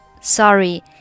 Sorry